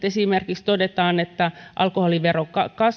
esimerkiksi todetaan että alkoholivero